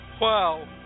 Wow